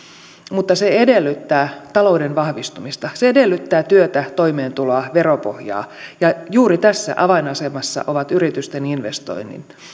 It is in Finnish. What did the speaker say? mutta se edellyttää talouden vahvistumista se edellyttää työtä toimeentuloa veropohjaa ja juuri tässä avainasemassa ovat yritysten investoinnit